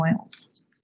oils